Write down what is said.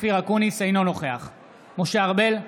אינו נוכח משה ארבל,